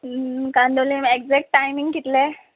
Candolim exact timing कितले